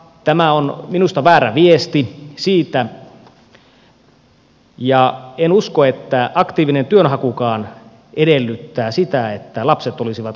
tämä on minusta väärä viesti siitä ja en usko että aktiivinen työnhakukaan edellyttää sitä että lapset olisivat kokopäivähoidossa